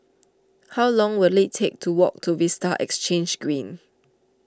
how long will it take to walk to Vista Exhange Green